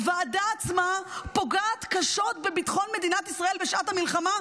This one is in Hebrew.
הוועדה עצמה פוגעת קשות בביטחון מדינת ישראל בשעת מלחמה.